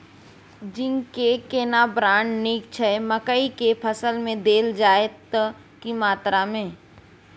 Zinc के केना brand नीक छैय मकई के फसल में देल जाए त की मात्रा में?